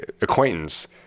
acquaintance